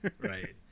right